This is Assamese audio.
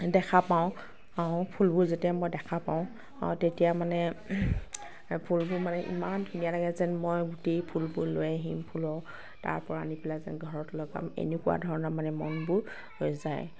দেখা পাওঁ ফুলবোৰ যেতিয়া মই দেখা পাওঁ তেতিয়া মানে ফুলবোৰ মানে ইমান ধুনীয়া লাগে যেন মই দি ফুলবোৰ লৈ আহিম ফুলৰ তাৰপৰা আনি পেলাই যেন ঘৰত লগাম এনেকুৱা ধৰণৰ মানে মনবোৰ হৈ যায়